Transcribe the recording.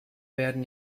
werden